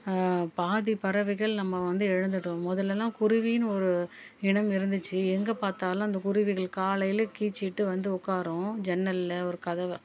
பாதி பறவைகள் நம்ம வந்து இழந்துட்டோம் முதலலாம் குருவின்னு ஒரு இனம் இருந்துச்சு எங்கே பார்த்தாலும் அந்த குருவிகள் காலையில் கீச்சிட்டு வந்து உட்காரும் ஜன்னலில் ஒரு கதவை